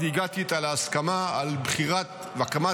והגעתי איתה להסכמה על בחירת והקמת